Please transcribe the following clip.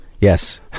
Yes